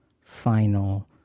final